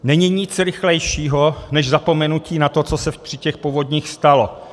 Není nic rychlejšího než zapomenutí na to, co se při těch povodních stalo.